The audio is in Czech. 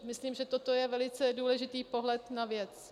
Myslím, že toto je velice důležitý pohled na věc.